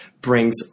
brings